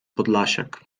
podlasiak